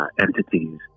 entities